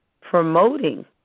promoting